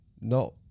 No